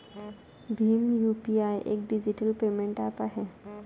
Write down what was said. Bhim UPI एक digital payment app आहे